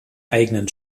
eigenen